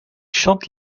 chante